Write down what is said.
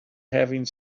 having